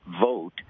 vote